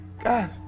God